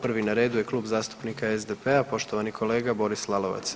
Prvi na redu je Klub zastupnika SDP-a, poštovani kolega Boris Lalovac.